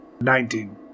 Nineteen